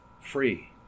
free